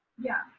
yeah.